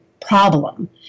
problem